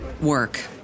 work